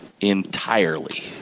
Entirely